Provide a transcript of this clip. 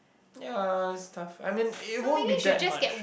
ya it's tough I mean it won't be that much